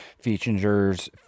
features